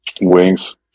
Wings